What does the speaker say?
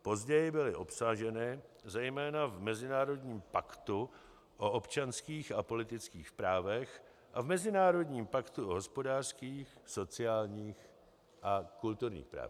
Později byly obsaženy zejména v Mezinárodním paktu o občanských a politických právech a v Mezinárodním paktu o hospodářských, sociálních a kulturních právech.